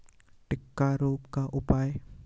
टिक्का रोग का उपाय?